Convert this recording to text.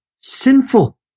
sinful